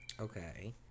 okay